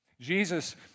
Jesus